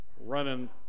running